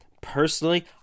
Personally